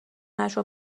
نشه